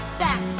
back